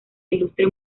ilustre